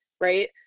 right